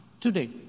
Today